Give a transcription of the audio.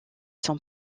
son